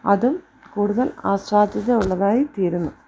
അതും കൂടുതൽ ആസ്വാദ്യത ഉള്ളതായിത്തീരുന്നു